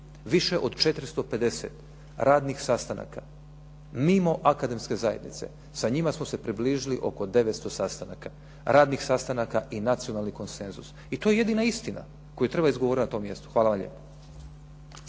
Više od 450 radnih sastanaka mimo akademske zajednice, sa njima su se približili oko 900 sastanaka, radnih sastanaka i radnih konsenzusa. I to je jedina istina koju treba izgovoriti na tom mjestu. Hvala vam lijepa.